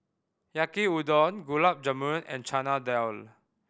Yaki Udon Gulab Jamun and Chana Dal